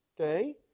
okay